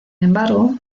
embargo